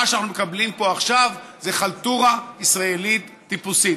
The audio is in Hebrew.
מה שאנחנו מקבלים פה עכשיו זה חלטורה ישראלית טיפוסית.